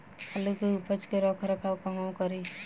आलू के उपज के रख रखाव कहवा करी?